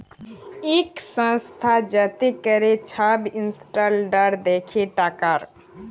ইক সংস্থা যাতে ক্যরে ছব ইসট্যালডাড় দ্যাখে টাকার